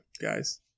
guys